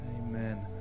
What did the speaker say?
Amen